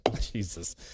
Jesus